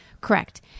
Correct